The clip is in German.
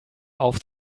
auf